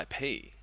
IP